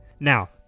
Now